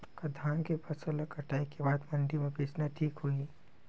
का धान के फसल ल कटाई के बाद मंडी म बेचना ठीक होही?